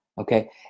Okay